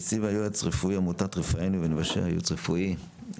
נשיא ויועץ רפואי עמותת רפאנו וניוושע ייעוץ רפואי,